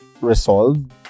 resolved